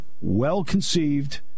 well-conceived